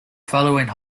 following